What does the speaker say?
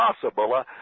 possible